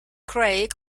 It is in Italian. craig